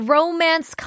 Romance